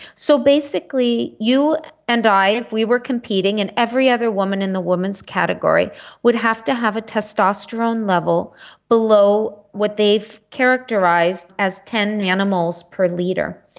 so basically you and i, if we were competing and every other woman in the woman's category would have to have a testosterone level below what they've characterised as ten nanomoles per litre.